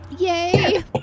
Yay